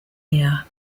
year